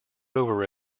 over